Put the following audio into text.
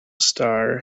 star